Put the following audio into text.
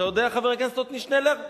אתה יודע, חבר הכנסת עתני שנלר?